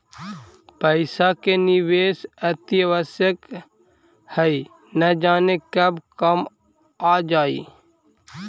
पइसा के निवेश अतिआवश्यक हइ, न जाने कब काम आ जाइ